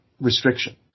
restriction